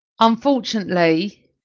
Unfortunately